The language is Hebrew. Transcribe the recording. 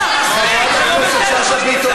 חברת הכנסת שאשא ביטון,